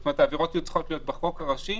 זאת אומרת, העבירות היו צריכות להיות בחוק הראשי.